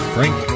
Frank